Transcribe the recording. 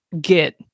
get